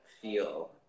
feel